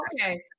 okay